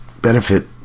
benefit